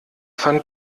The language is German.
fand